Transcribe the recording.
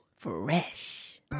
fresh